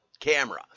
camera